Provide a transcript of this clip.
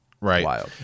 Right